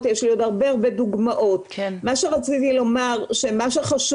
ולכן יש בעיה מאוד מאוד קשה ולכן אנחנו אומרים שחייבים